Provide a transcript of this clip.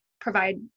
provide